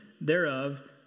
thereof